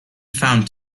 found